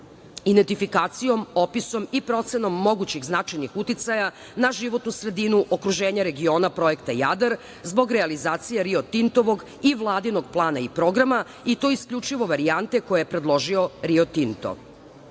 identifikacijom, opisom i procenom mogućih značajnih uticaja na životnu sredinu, okruženja, regiona projekta „Jadar“ zbog realizacije Rio Tintovog i Vladinog plana i programa i to isključivo varijante koje je predložio Rio